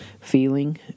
feeling